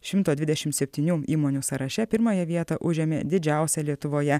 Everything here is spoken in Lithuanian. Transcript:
šimto dvidešimt septynių įmonių sąraše pirmąją vietą užėmė didžiausia lietuvoje